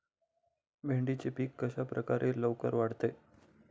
भेंडीचे पीक कशाप्रकारे लवकर वाढते?